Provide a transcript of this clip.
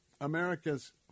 America's